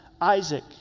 Isaac